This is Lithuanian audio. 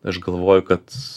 aš galvoju kad